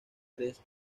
tres